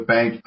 Bank